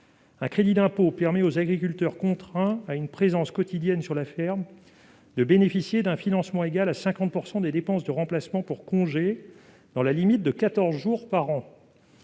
Un crédit d'impôt permet aux agriculteurs contraints à une présence quotidienne sur la ferme de bénéficier d'un financement égal à 50 % des dépenses de remplacement pour congé, dans la limite de quatorze jours par an.